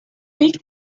big